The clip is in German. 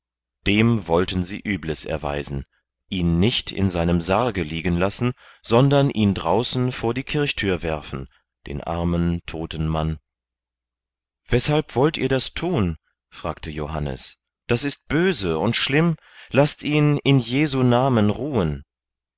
dem wollten sie übles erweisen ihn nicht in seinem sarge liegen lassen sondern ihn draußen vor die kirchthür werfen den armen toten mann weshalb wollt ihr das thun fragte johannes das ist böse und schlimm laßt ihn in jesu namen ruhen